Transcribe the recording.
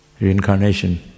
Reincarnation